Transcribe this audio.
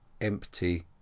empty